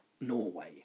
Norway